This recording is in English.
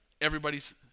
Everybody's